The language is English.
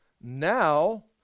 now